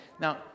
Now